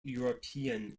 european